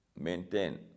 maintain